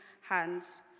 hands